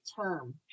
term